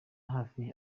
hafi